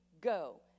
go